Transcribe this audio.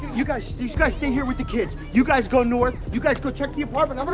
you guys, these guys stay here with the kids. you guys go north, you guys go check the apartment.